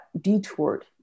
detoured